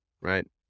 right